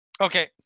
Okay